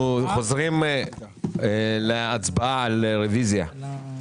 הצבעה אושר החוק אושר פה אחד לקריאה ראשונה במליאה.